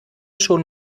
schon